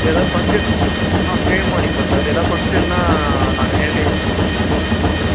எதாவது ஃபங்ஷன் ஆ ஃப்ரேமும் அடிப்போம் சார் எதாவது ஃபங்ஷன்னால் நாங்கள் நேர்லேயே வந்து ஃபோட்டோஸ்லாம் எடுத்து கொடுப்போம் சார்